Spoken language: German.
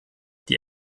die